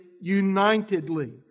unitedly